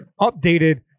updated